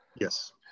Yes